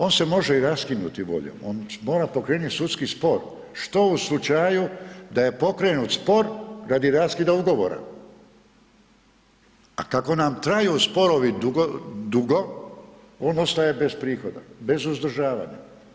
On se može i raskinuti voljom, on mora pokrenuti sudski spor, što u slučaju da je pokrenut spor radi raskida ugovora, a kako nam traju sporovi dugo on ostaje bez prihoda, bez uzdržavanja.